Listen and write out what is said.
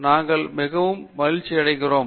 நாங்கள் மிகவும் மகிழ்ச்சியடைகிறோம்